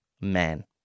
man